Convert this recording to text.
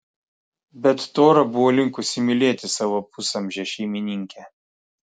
bet tora buvo linkusi mylėti savo pusamžę šeimininkę